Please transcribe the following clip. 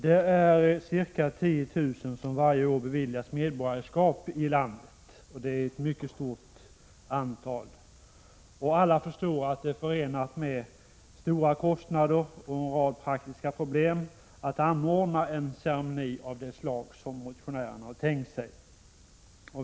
Det är ca 10 000 som varje år beviljas medborgarskap i landet, och det är ett mycket stort antal. Det är lätt att förstå att det är förenat med stora kostnader och en rad praktiska problem att anordna en ceremoni av det slag som motionärerna har tänkt sig.